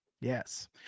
Yes